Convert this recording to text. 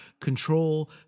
control